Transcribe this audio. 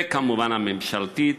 וכמובן הממשלתית,